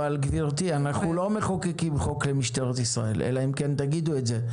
אבל גברתי אנחנו לא מחוקקים חוק למשטרת ישראל אלא אם כן תגידו את זה.